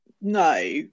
no